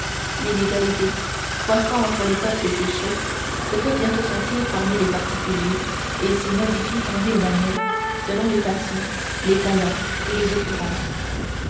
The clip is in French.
l'inégalité croissant entre le peuple et ses chefs se fait bientôt sentir parmi les particuliers et s'y modifie en mille manières selon les passions les talents et les occurrences